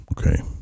Okay